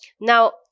now